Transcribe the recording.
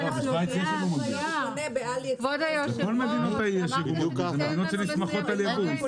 כבוד היו"ר אמרת שתתן לנו לסיים.